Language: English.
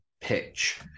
pitch